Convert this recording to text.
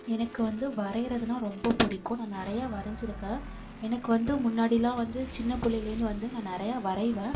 எனக்கு வந்து வரைகிறதுனா ரொம்ப பிடிக்கும் நான் நிறைய வரைஞ்சிருக்கேன் எனக்கு வந்து முன்னாடிலாம் வந்து சின்ன பிள்ளைலேருந்து வந்து நான் நிறைய வரைவேன்